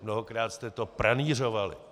Mnohokrát jste to pranýřovali.